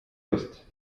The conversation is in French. ouest